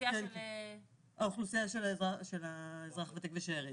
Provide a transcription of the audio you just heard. האוכלוסייה של אזרח ותיק ושארים